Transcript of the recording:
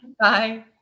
Bye